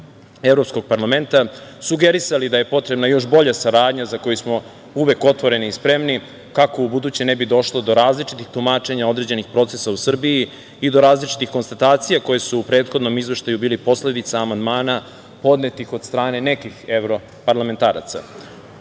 Evropskog parlamenta, sugerisali da je potrebna još bolja saradnja za koju smo uvek otvoreni i spremni kako ubuduće ne bi došlo do različitih tumačenja, određenih procesa u Srbiji i do različitih konstatacija koje su prethodnom izveštaju bili posledica amandmana podnetih od strane nekih evroparlamentaraca. Pre